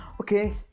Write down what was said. okay